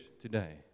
today